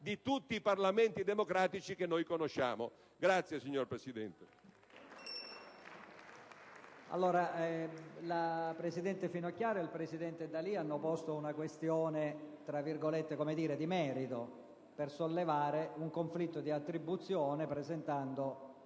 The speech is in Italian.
di tutti i Parlamenti democratici che noi conosciamo.